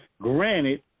Granted